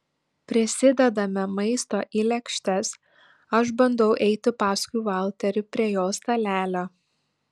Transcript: prisidedame maisto į lėkštes aš bandau eiti paskui valterį prie jo stalelio